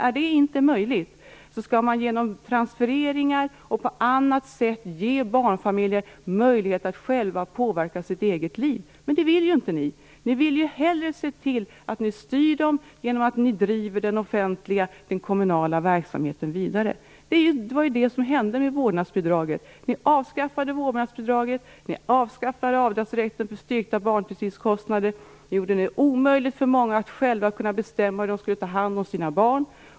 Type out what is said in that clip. Är det inte möjligt skall man genom transfereringar och på annat sätt ge barnfamiljer möjlighet att själva påverka sitt eget liv. Men det vill inte ni. Ni vill hellre se till att ni styr dem genom att ni driver den offentliga och den kommunala verksamheten vidare. Det var det som hände med vårdnadsbidraget. Ni avskaffade vårdnadsbidraget. Ni avskaffade avdragsrätten för styrkta barntillsynskostnader. Ni gjorde det omöjligt för många att själva kunna bestämma hur de skulle ta hand om sina barn.